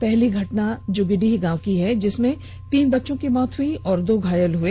पहली घटना जुगीडीह गांव की है जिसमें तीन बच्चों की मौत हो गई और दो बच्चे घायल हो गए